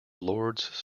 lords